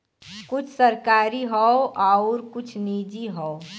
कुछ सरकारी हौ आउर कुछ निजी हौ